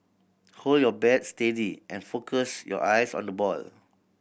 hold your bat steady and focus your eyes on the ball